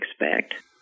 expect